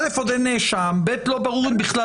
עוד אין נאשם, ולא ברור אם בכלל